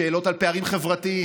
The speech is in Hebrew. שאלות על פערים חברתיים,